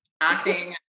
Acting